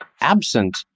absent